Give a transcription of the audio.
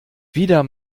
wieder